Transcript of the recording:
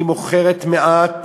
היא מוכרת מעט